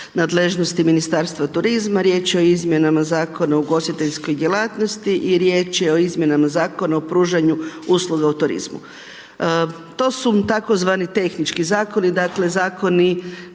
nadležnosti Ministarstva turizma, riječ je izmjenama Zakona o ugostiteljskoj djelatnosti i riječ je o izmjenama Zakona o pružanju usluga u turizmu. To su tzv. tehnički zakoni, dakle, zakoni